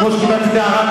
בוא נקבע עכשיו,